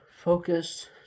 focus